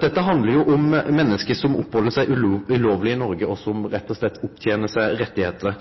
Dette handlar jo om menneske som oppheld seg ulovleg i Noreg, og som rett og slett opptener seg rettar.